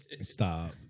Stop